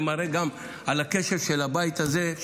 זה מראה גם על הקשב של הבית הזה,